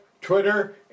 Twitter